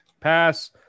Pass